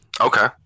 Okay